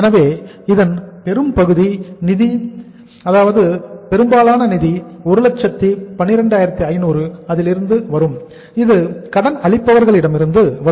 எனவே இதன் பெரும்பகுதி நிதி 112500 அதிலிருந்து வரும் இது கடன் அளிப்பவர்களிடமிருந்து வரும்